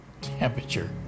temperature